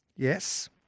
Yes